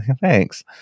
thanks